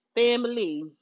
Family